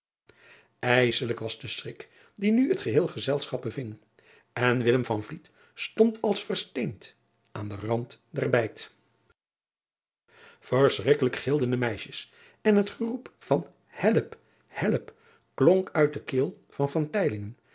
sselijk was de schrik die nu het geheel gezelschap beving en stond als versteend aan den rand der bijt erschrikkelijk gilden de meisjes en het geroep van help help klonk uit de keel van